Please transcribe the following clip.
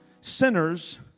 sinners